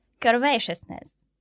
curvaceousness